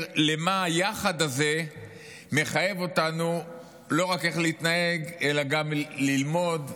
למה היחד הזה מחייב אותנו לא רק איך להתנהג אלא גם ללמוד,